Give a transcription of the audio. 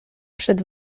przed